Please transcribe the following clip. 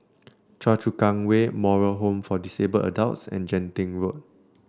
Choa Chu Kang Way Moral Home for Disabled Adults and Genting Road